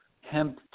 hemp